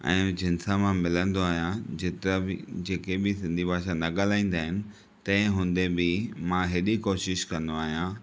ऐं जिन सां मां मिलंदो आहियां जेतिरा बि जेके बि सिंधी भाषा न ॻाल्हाईंदा आहिनि तंहिं हूंदे बि मां हेॾी कोशिशि कन्दो आहियां